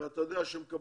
אתה יודע שמקבלים